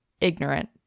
ignorant